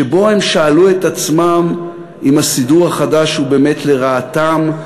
שבו הם שאלו את עצמם אם הסידור החדש הוא באמת לרעתם,